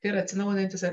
ir atsinaujinantys